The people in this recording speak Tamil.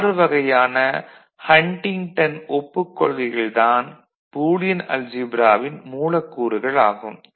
ஆறு வகையான ஹன்டிங்டன் ஒப்புக் கொள்கைகள் தான் பூலியன் அல்ஜீப்ராவின் மூலக்கூறுகள் ஆகும்